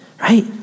Right